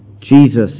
Jesus